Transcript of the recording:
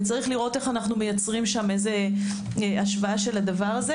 ויש לראות איך אנו מייצרים שם השוואה של זה,